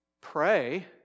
Pray